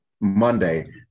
Monday